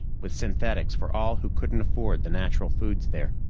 with synthetics for all who couldn't afford the natural foods there.